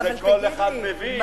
זה כל אחד מבין.